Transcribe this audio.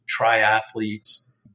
triathletes